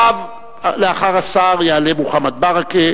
לאחר השר יעלה מוחמד ברכה,